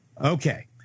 okay